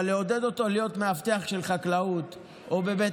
אבל לעודד אותו להיות מאבטח של חקלאות או בבית